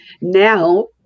Now